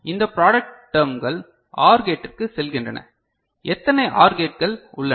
இந்த ப்ராடெக்ட் டெர்ம்கள் OR கேட்டிற்கு செல்கின்றன எத்தனை OR கேட்கள் உள்ளன